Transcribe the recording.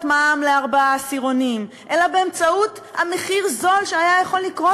מע"מ לארבעה עשירונים אלא באמצעות מחיר זול שהיה יכול להיות כאן.